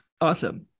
Awesome